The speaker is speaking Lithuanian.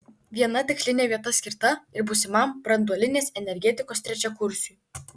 viena tikslinė vieta skirta ir būsimam branduolinės energetikos trečiakursiui